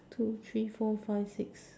two three four five six